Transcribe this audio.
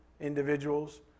individuals